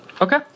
Okay